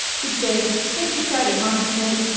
he'd say can't you try to concentrate?